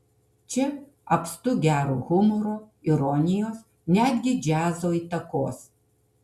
čia apstu gero humoro ironijos netgi džiazo įtakos